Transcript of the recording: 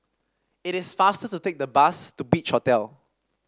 it is faster to take the bus to Beach Hotel